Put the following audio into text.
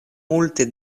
multe